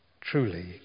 truly